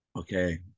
okay